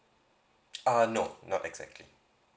uh no not exactly